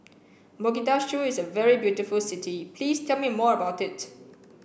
Mogadishu is a very beautiful city please tell me more about it